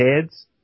heads